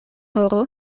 oro